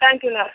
தேங்க்யூங்க